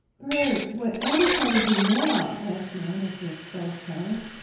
bert, whatever shall we do now? asked nan, after a spell of silence.